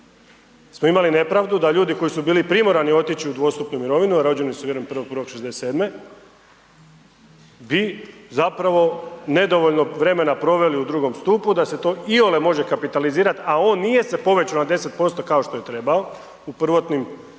smo imali nepravdu da ljudi koji su bili primorani otići u dvostupnu mirovinu a rođeni su 1.1.1967. bi zapravo nedovoljno vremena proveli u drugom stupu da se to iole može kapitalizirati a on nije se povećao na 10% kao što je trebao u prvotnim planovima